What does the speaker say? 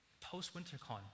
Post-WinterCon